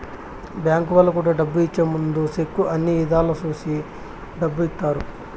bank వాళ్ళు కూడా డబ్బు ఇచ్చే ముందు సెక్కు అన్ని ఇధాల చూసి డబ్బు ఇత్తారు